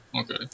okay